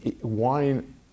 wine